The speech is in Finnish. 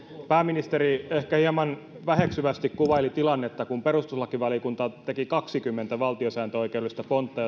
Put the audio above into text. pääministeri ehkä hieman väheksyvästi kuvaili sitä tilannetta kun perustuslakivaliokunta teki kaksikymmentä valtiosääntöoikeudellista pontta